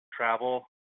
travel